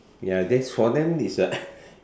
ya this for them is a